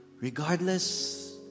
Regardless